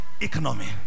economy